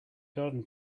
garden